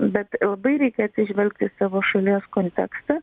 bet labai reikia atsižvelgti į savo šalies kontekstą